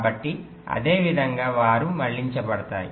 కాబట్టి అదే విధంగా వారు మళ్లించబడతాయి